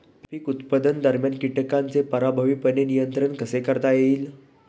पीक उत्पादनादरम्यान कीटकांचे प्रभावीपणे नियंत्रण कसे करता येईल?